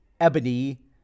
Ebony